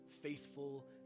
faithful